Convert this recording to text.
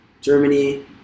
Germany